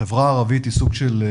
החברה הערבית היא סוג של,